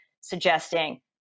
suggesting